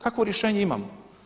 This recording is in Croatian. Kakvo rješenje imamo?